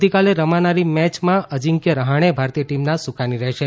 આવતીકાલે રમાનારી મેચમાં અજીંક્ય રહાણે ભારતીય ટીમના સુકાની રહેશે